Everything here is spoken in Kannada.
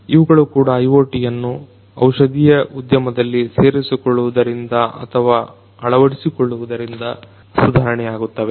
ಇವುಗಳು ಕೂಡ IoTಯನ್ನು ಔಷಧಿಯ ಉದ್ಯಮದಲ್ಲಿ ಸೇರಿಸಿಕೊಳ್ಳುವುದರಿಂದ ಅಥವಾ ಅಳವಡಿಸಿಕೊಳ್ಳುವುದರಿಂದ ಸುಧಾರಣೆಯಾಗುತ್ತವೆ